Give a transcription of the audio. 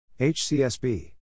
HCSB